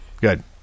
Good